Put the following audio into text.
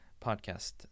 podcast